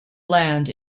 land